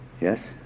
Yes